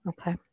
Okay